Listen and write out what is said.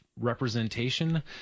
representation